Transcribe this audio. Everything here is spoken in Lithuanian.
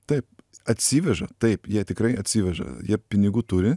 taip atsiveža taip jie tikrai atsiveža jie pinigų turi